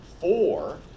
Four